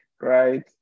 right